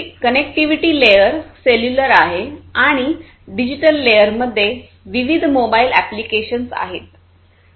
connectivity layer cellular आहे आणि digital लेयरमध्ये विविध मोबाइल अॅप्लिकेशन्स आहेत